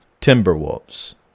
Timberwolves